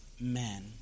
man